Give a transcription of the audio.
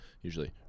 usually